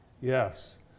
Yes